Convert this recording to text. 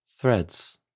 Threads